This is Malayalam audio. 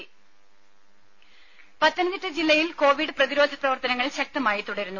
ദേദ പത്തനംതിട്ട ജില്ലയിൽ കോവിഡ് പ്രതിരോധ പ്രവർത്തനങ്ങൾ ശക്തമായി തുടരുന്നു